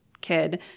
kid